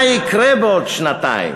מה יקרה בעוד שנתיים?